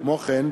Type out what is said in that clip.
כמו כן,